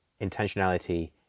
intentionality